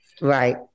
Right